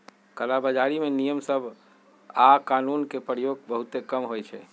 कला बजारी में नियम सभ आऽ कानून के प्रयोग बहुते कम होइ छइ